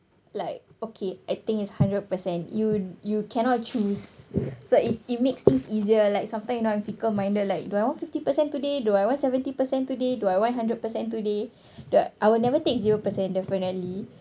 like okay I think is hundred percent you you cannot choose so it it makes things easier like sometime you know I'm fickle minded like do I want fifty percent today do I want seventy percent today do I want hundred percent today the I will never take zero percent definitely